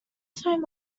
time